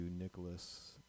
nicholas